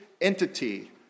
entity